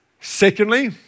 Secondly